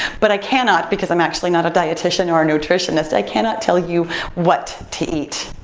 but i cannot, because i'm actually not a dietician or a nutritionist, i cannot tell you what to eat.